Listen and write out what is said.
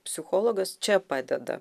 psichologas čia padeda